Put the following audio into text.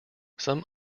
some